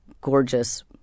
gorgeous